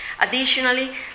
Additionally